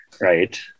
right